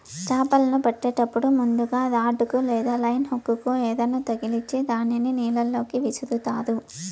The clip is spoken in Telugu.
చాపలను పట్టేటప్పుడు ముందుగ రాడ్ కు లేదా లైన్ హుక్ కు ఎరను తగిలిచ్చి దానిని నీళ్ళ లోకి విసురుతారు